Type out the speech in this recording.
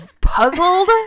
puzzled